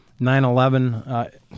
9-11